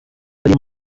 early